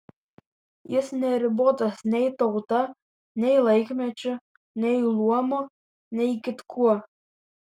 jis neribotas nei tauta nei laikmečiu nei luomu nei kitkuo